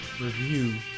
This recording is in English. review